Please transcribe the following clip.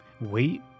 wait